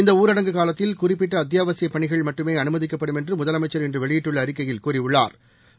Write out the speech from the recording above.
இந்த ஊரடங்கு காலத்தில் குறிப்பிட்ட அத்தியாவசியப் பணிகள் மட்டுமே அனுமதிக்கப்படும் என்று முதலமைச்சா் இன்று வெளியிட்டுள்ள அறிக்கையில் கூறியுள்ளாா்